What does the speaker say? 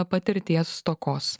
patirties stokos